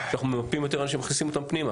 כשאנחנו ממפים יותר אנשים ומכניסים אותם פנימה,